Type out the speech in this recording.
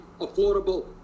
affordable